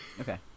Okay